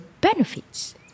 benefits